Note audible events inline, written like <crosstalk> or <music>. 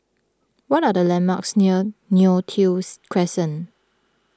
what are the landmarks near Neo Tiew <unintelligible> Crescent